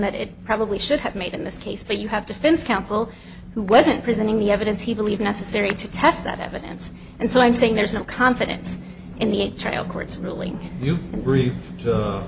that it probably should have made in this case but you have to fence counsel who wasn't presenting the evidence he believed necessary to test that evidence and so i'm saying there's no confidence in the trial court's ruling